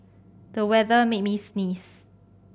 the weather made me sneeze